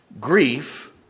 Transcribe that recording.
Grief